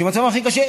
שמצבם הכי קשה,